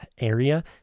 area